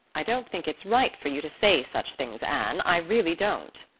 i don't think it's right for you to say such things, anne, i really don't,